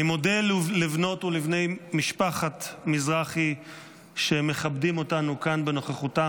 אני מודה לבנות ולבני משפחת מזרחי שמכבדים אותנו כאן בנוכחותם.